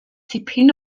tipyn